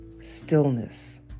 stillness